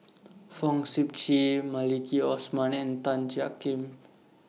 Fong Sip Chee Maliki Osman and Tan Jiak Kim